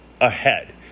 ahead